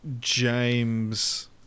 James